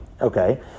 Okay